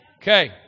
okay